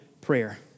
prayer